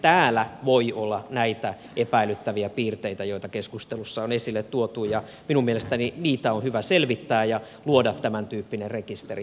täällä voi olla näitä epäilyttäviä piirteitä joita keskustelussa on esille tuotu ja minun mielestäni niitä on hyvä selvittää ja luoda tämäntyyppinen rekisteri